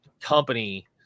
company